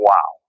Wow